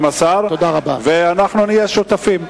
ואנחנו נהיה שותפים.